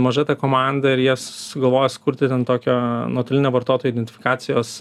maža ta komanda ir jie sugalvojo sukurti ten tokio nuotolinio vartotojo identifikacijos